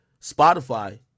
Spotify